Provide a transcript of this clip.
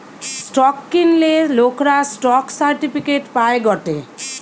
stock কিনলে লোকরা stock certificate পায় গটে